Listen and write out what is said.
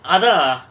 அதா:atha